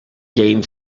game